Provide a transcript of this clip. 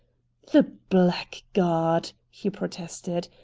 the blackguard! he protested.